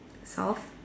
solved